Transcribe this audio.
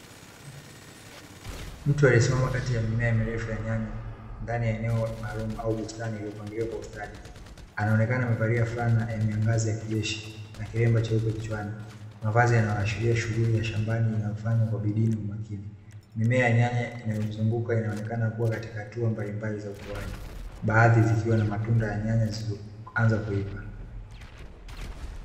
Mtu aliyesimama kati ya mimea mirefu ya nyanya ndani ya eneo maalumu au bustani iliyopangiliwa kwa ustadi anaonekana amevalia fulani na ameangaza kijeshi na kilemba cheupe kichwani mavazi yanayoashiria shughuli ya shambani inayofanywa kwa bidii, mimea ya nyanya inayomzunguka inaonekana kuwa katika hatua mbalimbali za ukuaji baadhi zikiwa na matunda ya nyanya zilizoanza kuiva.